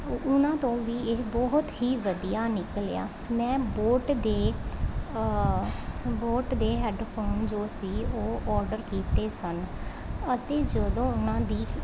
ਉਹਨਾਂ ਤੋਂ ਵੀ ਇਹ ਬਹੁਤ ਹੀ ਵਧੀਆ ਨਿਕਲਿਆ ਮੈਂ ਬੋਟ ਦੇ ਬੋਟ ਦੇ ਹੈੱਡਫੋਨ ਜੋ ਸੀ ਉਹ ਔਡਰ ਕੀਤੇ ਸਨ ਅਤੇ ਜਦੋਂ ਉਹਨਾਂ ਦੀ